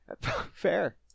Fair